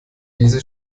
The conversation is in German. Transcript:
diese